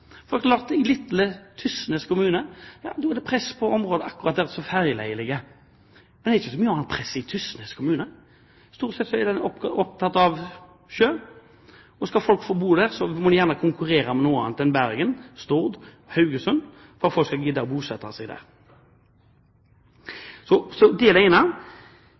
Tysnes kommune er det press akkurat i det området der ferjeleiet ligger, men det er ikke så mange andre pressområder i kommunen. Stort sett er man opptatt av sjø. Og skal folk gidde å bosette seg der, må man konkurrere med noe annet enn det som finnes i Bergen, Stord og Haugesund. Det er det ene.